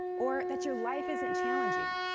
or that your life isn't challenging.